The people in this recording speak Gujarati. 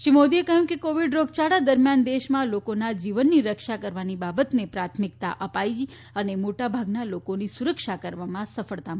શ્રી મોદીએ કહ્યું કે કોવિડ રોગચાળા દરમ્યાન દેશમાં લોકોના જીવનની રક્ષા કરવાની બાબતને પ્રાથમિકતા અપાઇ અને મોટાભાગના લોકોની સુરક્ષા કરવામાં સફળતા મળી છે